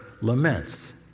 laments